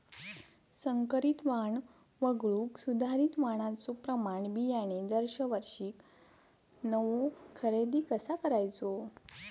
संकरित वाण वगळुक सुधारित वाणाचो प्रमाण बियाणे दरवर्षीक नवो खरेदी कसा करायचो?